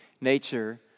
nature